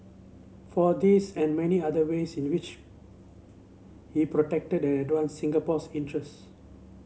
for this and many other ways in which he protected advanced Singapore's interest